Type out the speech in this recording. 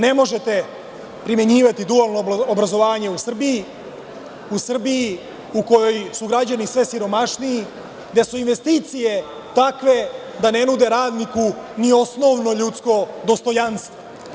Ne možete primenjivati dualno obrazovanje u Srbiji, u kojoj su građani sve siromašniji, gde su investicije takve da ne nude radniku ni osnovno ljudsko dostojanstvo.